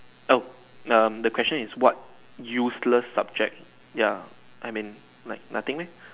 err the question is what useless subject ya I mean like nothing meh